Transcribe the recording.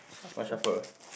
why shuffle